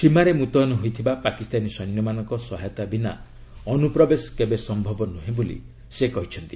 ସୀମାରେ ମ୍ରତୟନ ହୋଇଥିବା ପାକିସ୍ତାନୀ ସୈନ୍ୟମାନଙ୍କ ସହାୟତା ବିନା ଅନୁପ୍ରବେଶ କେବେ ସମ୍ଭବ ନୁହେଁ ବୋଲି ସେ କହିଛନ୍ତି